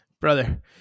brother